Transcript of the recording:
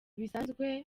bisanzwe